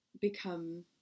become